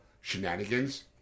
shenanigans